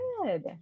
good